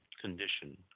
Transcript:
condition